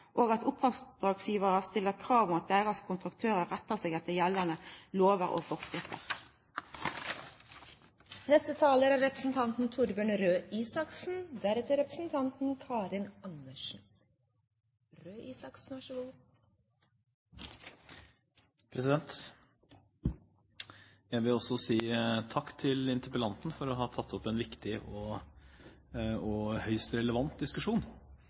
og at oppdragsgjevarar stiller krav om at deira kontraktørar rettar seg etter gjeldande lovar og forskrifter. Jeg vil også si takk til interpellanten for å ha tatt opp en viktig og høyst relevant diskusjon. Jeg har lyst til